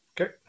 Okay